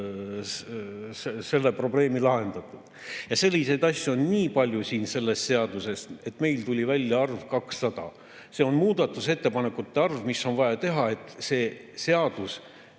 Ja selliseid asju on nii palju siin selles seadus[eelnõus], et meil tuli välja arv 200 – see on muudatusettepanekute arv, mis on vaja teha, et see seaduseelnõu